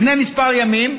לפני כמה ימים,